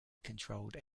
controlled